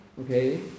Okay